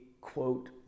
quote